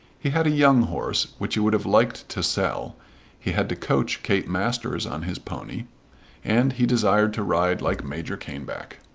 he had a young horse which he would have liked to sell he had to coach kate masters on his pony and he desired to ride like major caneback.